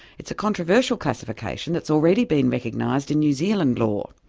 it's a controversial classification, that's already been recognised in new zealand law.